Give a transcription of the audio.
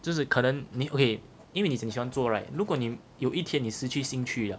就是可能你 okay 因为你现在喜欢做 right 如果你有一天你失去兴趣了